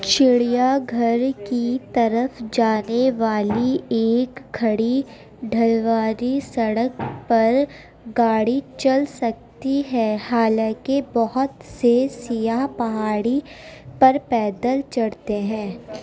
چڑیا گھر کی طرف جانے والی ایک کھڑی ڈھلوانی سڑک پر گاڑی چل سکتی ہے حالاں کہ بہت سے سیاح پہاڑی پر پیدل چڑھتے ہیں